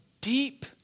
deep